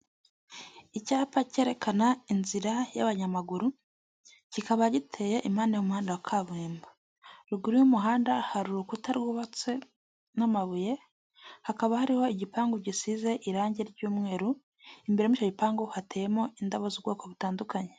Icyapa cyerekana inzira y'abanyamaguru kikaba giteye impande y'umuhanda wa kaburimbo, ruguru y'umuhanda hari urukuta rwubatswe n'amabuye hakaba hariho igipangu gisize irangi ry'umweru, imbere muri icyo gipangu hateyemo indabo z'ubwoko butandukanye.